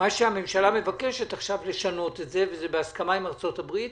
מה שהממשלה מבקשת עכשיו זה לשנות את זה וזה בהסכמה עם ארצות הברית?